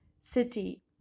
city